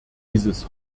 dieses